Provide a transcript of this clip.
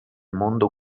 mondo